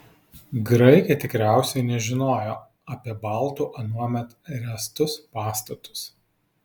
graikai tikriausiai nežinojo apie baltų anuomet ręstus pastatus